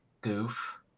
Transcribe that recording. goof